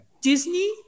Disney